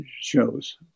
shows